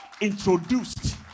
introduced